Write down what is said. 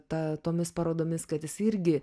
ta tomis parodomis kad jis irgi